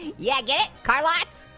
yeah get it, car lots?